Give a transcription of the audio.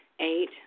Eight